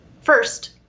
First